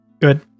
Good